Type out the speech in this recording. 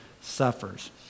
suffers